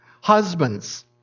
Husbands